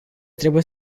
trebuie